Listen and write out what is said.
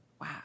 Wow